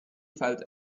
felt